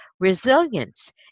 Resilience